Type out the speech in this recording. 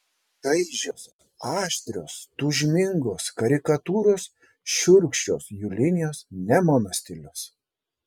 čaižios aštrios tūžmingos karikatūros šiurkščios jų linijos ne mano stilius